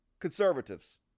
conservatives